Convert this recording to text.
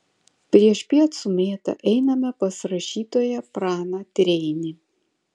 priešpiet su mėta einame pas rašytoją praną treinį